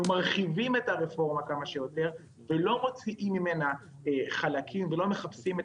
מרחיבים את הרפורמה כמה שיותר ולא מוציאים ממנה חלקים ולא מחפשים את